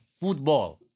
football